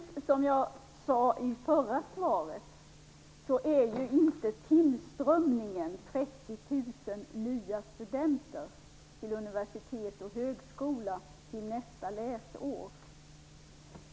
Som jag sade i förra svaret är ju inte tillströmningen till universitet och högskolor 30 000 nya studenter till nästa läsår.